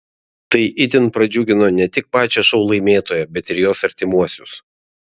tai itin pradžiugino ne tik pačią šou laimėtoją bet ir jos artimuosius